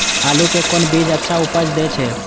आलू के कोन बीज अच्छा उपज दे छे?